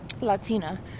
Latina